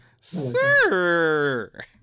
Sir